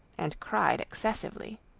and cried excessively.